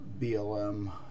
BLM